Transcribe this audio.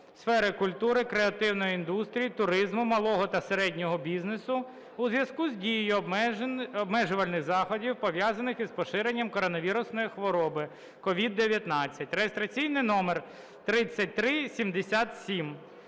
сфери культури, креативних індустрій, туризму малого та середнього бізнесу у зв'язку з дією обмежувальних заходів, пов'язаних з поширенням коронавірусної хвороби COVID-19 (3377 – реєстраційний номер).